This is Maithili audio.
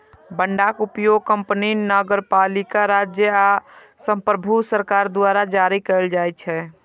बांडक उपयोग कंपनी, नगरपालिका, राज्य आ संप्रभु सरकार द्वारा जारी कैल जाइ छै